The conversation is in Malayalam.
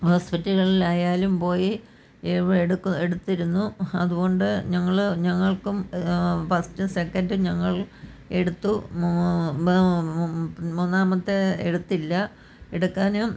ഹോസ്പിറ്റലുകളിലായാലും പോയി ഇവ എടുക്കും എടുത്തിരുന്നു അതുകൊണ്ട് ഞങ്ങൾ ഞങ്ങൾക്കും ഫസ്റ്റും സെക്കൻഡും ഞങ്ങൾ എടുത്തു മൂന്നാമത്തെ എടുത്തില്ല എടുക്കാനും